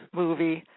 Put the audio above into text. movie